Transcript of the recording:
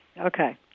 Okay